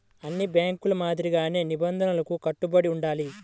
అన్ని బ్యేంకుల మాదిరిగానే నిబంధనలకు కట్టుబడి ఉండాలి